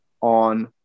on